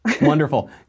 Wonderful